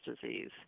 disease